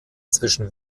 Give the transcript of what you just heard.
zwischen